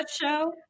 show